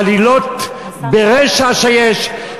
העלילות ברשע שיש,